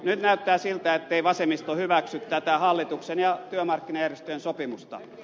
nyt näyttää siltä ettei vasemmisto hyväksy tätä hallituksen ja työmarkkinajärjestöjen sopimusta